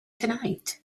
tonight